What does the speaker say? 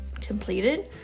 completed